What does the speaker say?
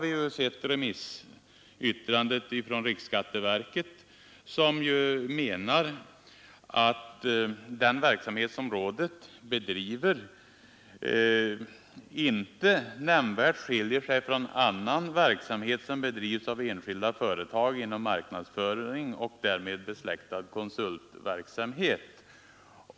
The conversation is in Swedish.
I remissyttrandet från riksskatteverket anförs att den verksamhet som rådet bedriver inte nämnvärt skiljer sig från annat arbete som bedrivs av enskilda företag inom marknadsföring och därmed besläktad konsultverksamhet.